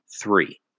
three